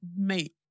mate